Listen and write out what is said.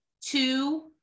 two